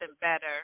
better